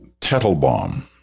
Tettelbaum